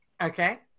Okay